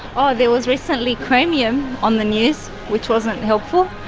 oh there was recently chromium on the news, which wasn't helpful.